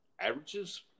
averages